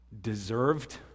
deserved